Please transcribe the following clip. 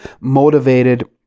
motivated